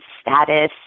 status